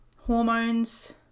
hormones